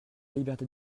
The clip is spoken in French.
liberté